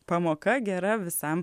pamoka gera visam